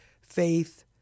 faith